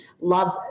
love